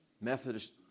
Methodist